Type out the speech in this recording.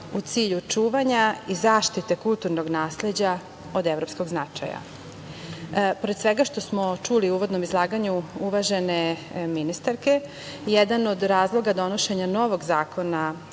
u cilju čuvanja i zaštite kulturnog nasleđa od evropskog značaja. Pored svega što smo čuli u uvodnom izlaganju uvažene ministarke, jedan od razloga donošenja novog zakona